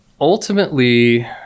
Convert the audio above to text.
ultimately